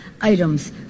items